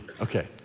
okay